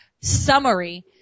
summary